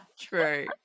True